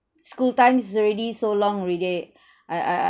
school times is already so long already I I I